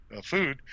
Food